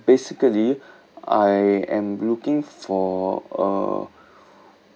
basically I am looking for uh